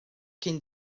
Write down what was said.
cyn